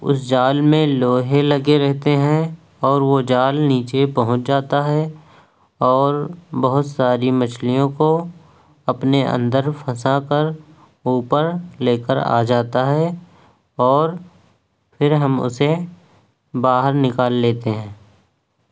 اس جال میں لوہے لگے رہتے ہیں اور وہ جال نیچے پہنچ جاتا ہے اور بہت ساری مچھلیوں کو اپنے اندر پھنسا کر اوپر لے کر آ جاتا ہے اور پھر ہم اسے باہر نکال لیتے ہیں